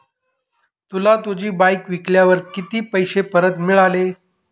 तुला तुझी बाईक विकल्यावर किती पैसे परत मिळाले?